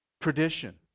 tradition